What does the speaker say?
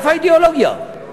איפה האידיאולוגיה?